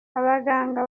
abaganga